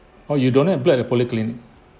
!ow! you donate blood at polyclinic